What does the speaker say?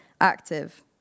active